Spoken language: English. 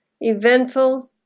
eventful